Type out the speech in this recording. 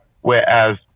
whereas